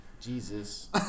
Jesus